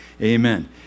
Amen